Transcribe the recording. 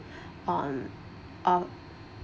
on our